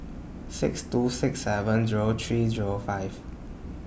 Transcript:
six two six seven Zero three Zero five